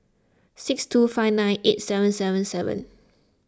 six two five nine eight seven seven even